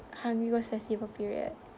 hungry ghost festival period